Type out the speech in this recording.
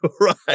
Right